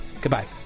goodbye